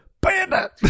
bandit